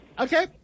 Okay